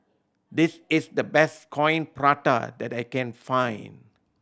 this is the best Coin Prata that I can find